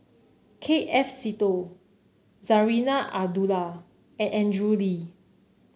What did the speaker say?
K F Seetoh Zarinah Abdullah and Andrew Lee